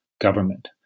government